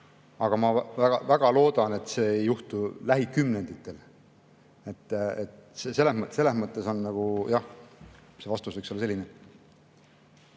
Aga ma väga loodan, et see ei juhtu lähikümnenditel. Selles mõttes jah, vastus võiks olla selline.